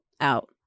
out